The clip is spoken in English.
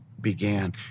began